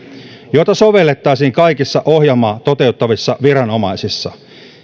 joita sovellettaisiin kaikissa ohjelmaa toteuttavissa viranomaisissa